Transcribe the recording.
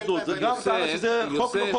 זה גם טענה שזה חוק לא חוקתי.